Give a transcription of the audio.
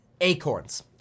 acorns